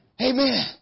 Amen